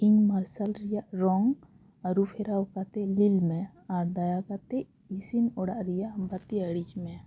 ᱤᱧ ᱢᱟᱨᱥᱟᱞ ᱨᱮᱭᱟᱜ ᱨᱚᱝ ᱟᱹᱨᱩᱯᱷᱮᱨᱟᱣ ᱠᱟᱛᱮ ᱞᱤᱞ ᱢᱮ ᱟᱨ ᱫᱟᱭᱟ ᱠᱟᱛᱮ ᱤᱥᱤᱱ ᱚᱲᱟᱜ ᱨᱮᱭᱟᱜ ᱵᱟᱹᱛᱤ ᱤᱲᱤᱡ ᱢᱮ